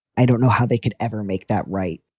i don't know how they could ever make that right.